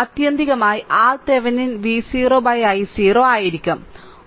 ആത്യന്തികമായി RThevenin V0 i0 ആയിരിക്കും